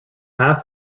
half